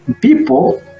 people